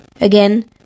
again